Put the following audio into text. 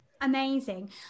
Amazing